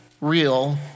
real